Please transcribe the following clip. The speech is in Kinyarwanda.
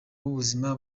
b’ubuzima